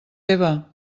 eva